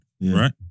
right